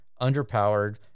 underpowered